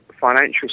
financial